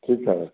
ठीक है